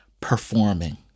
performing